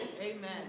Amen